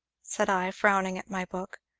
said i, frowning at my book.